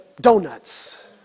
donuts